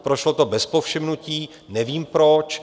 Prošlo to bez povšimnutí, nevím proč.